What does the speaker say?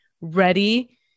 ready